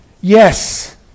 Yes